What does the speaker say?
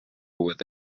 with